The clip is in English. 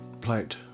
plate